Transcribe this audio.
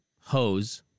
hose